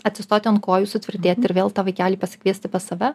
atsistoti ant kojų sutvirtėt ir vėl tą vaikelį pasikviesti pas save